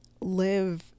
live